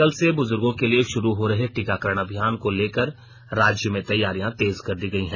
कल से बुजुर्गों के लिए शुरू हो रहे टीकाकरण अभियान को लेकर राज्य में तैयारियां तेज कर दी गई हैं